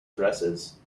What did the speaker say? dresses